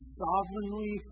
sovereignly